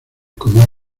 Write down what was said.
como